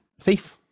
Thief